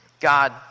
God